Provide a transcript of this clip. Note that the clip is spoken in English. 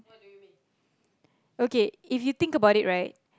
okay if you think about it right